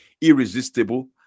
irresistible